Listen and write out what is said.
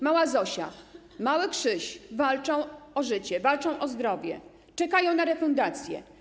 Mała Zosia, mały Krzyś walczą o życie, walczą o zdrowie, czekają na refundację.